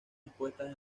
expuestas